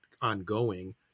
ongoing